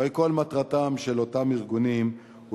הרי בסופו של דבר כל מטרתם של אותם ארגונים היא